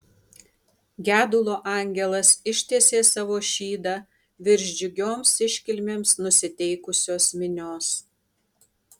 gedulo angelas ištiesė savo šydą virš džiugioms iškilmėms nusiteikusios minios